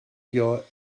your